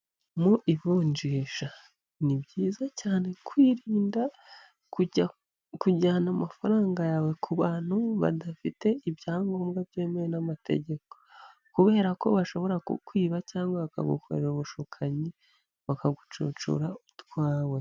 Mu ivunjisha, ni byiza cyane kwirinda kujyana amafaranga yawe ku bantu badafite ibyangombwa byemewe n'amategeko, kubera ko bashobora kukwiba cyangwa bakagukorera ubushukanyi bakagucocora utwawe.